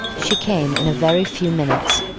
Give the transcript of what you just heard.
she came in a very few minutes,